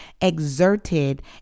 exerted